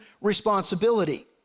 responsibility